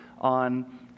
on